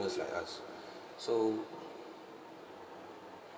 like us so